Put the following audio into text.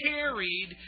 Carried